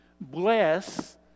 Bless